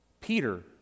Peter